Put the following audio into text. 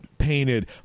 painted